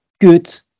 good